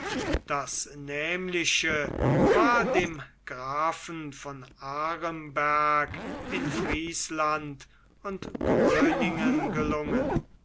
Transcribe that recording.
das nämliche war dem grafen von aremberg in friesland und gröningen gelungen